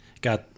Got